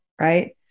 right